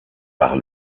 par